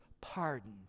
pardon